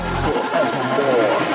forevermore